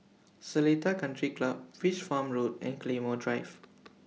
Seletar Country Club Fish Farm Road and Claymore Drive